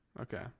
okay